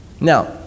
Now